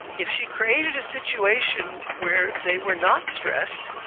if she created a situation where they were not stressed,